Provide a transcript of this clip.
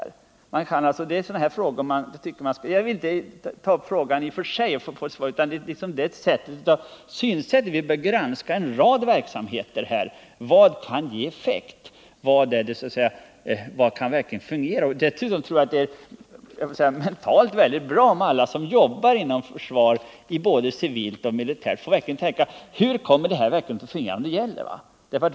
Jag vill inte i och för sig begära ett svar på sådana frågor. Det gäller synsättet. Vi bör granska en rad verksamheter. Vad kan ge effekt? Dessutom tror jag att det mentalt är mycket bra om alla som arbetar inom försvaret, militärt eller civilt, tvingas ställa frågan hur verksamheten kommer att fungera när det verkligen gäller.